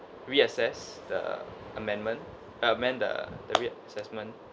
reassess the amendment amend the the reassessment